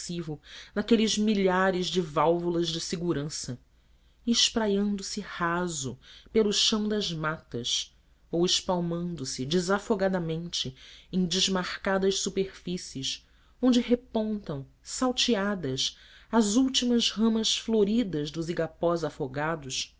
inofensivo naqueles milhares de válvulas de segurança e espraiando se raso pelo chão das matas ou espalmando se desafogadamente em desmarcadas superfícies onde repontam salteadas as últimas ramas floridas dos igapós afogados